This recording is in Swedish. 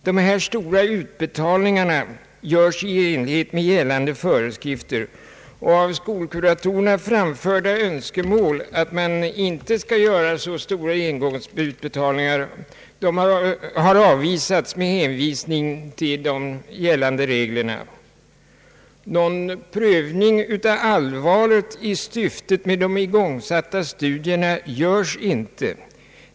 De här stora utbetalningarna görs i enlighet med gällande föreskrifter, och av skolkuratorerna framförda önskemål att man inte skall göra så stora engångsutbetalningar har avvisats med hänvisning till de gällande reglerna. Någon prövning av allvaret i syftet med de igångsatta studierna görs inte.